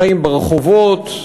חיים ברחובות,